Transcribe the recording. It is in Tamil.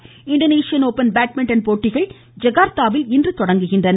பேட்மிண்டன் இந்தோனேஷியன் ஒப்பன் பேட்மிண்டன் போட்டிகள் ஜகார்தாவில் இன்று தொடங்குகின்றன